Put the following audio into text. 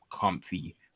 comfy